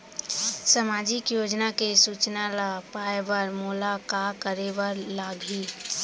सामाजिक योजना के सूचना ल पाए बर मोला का करे बर लागही?